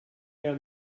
down